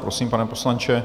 Prosím, pane poslanče.